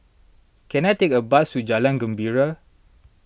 can I take a bus to Jalan Gembira